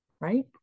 right